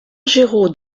géraud